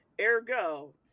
Ergo